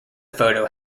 photo